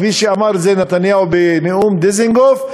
כפי שאמר את זה נתניהו בנאום דיזנגוף,